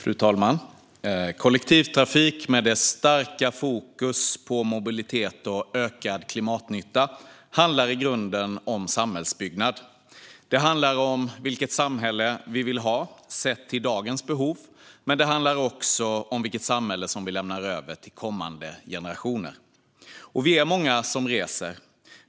Fru talman! Kollektivtrafik med dess starka fokus på mobilitet och ökad klimatnytta handlar i grunden om samhällsbyggnad. Det handlar om vilket samhälle vi vill ha sett till dagens behov, men också om vilket samhälle som vi lämnar över till kommande generationer. Vi är många som reser.